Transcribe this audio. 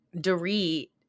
Doree